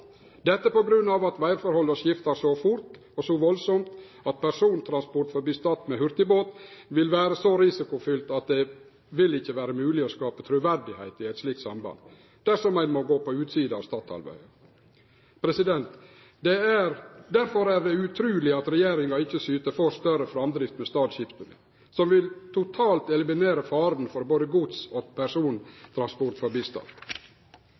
med hurtigbåt vil vere så risikofylt at det ikkje vil vere mogleg å skape truverde i eit slikt samband dersom ein må gå på utsida av Stadhalvøya. Derfor er det utruleg av regjeringa ikkje syter for større framdrift med Stad skipstunnel, som ville totalt eliminere faren – for både gods- og